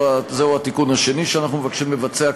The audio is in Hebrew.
זהו התיקון השני שאנחנו מבקשים לבצע,